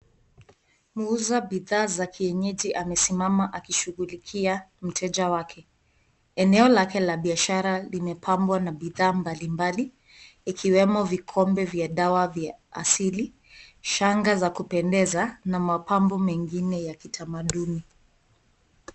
Muuza bidhaa za kienyeji amesimama akishughulikia mteja wake, eneo lake la biashara imepampwa na bidhaa mbalimbali ikiwemo vikombe vya dawa vya asili, Shanga za kupendeza na mapambo mengine ya kitamaduni.